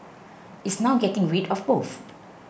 it's now getting rid of both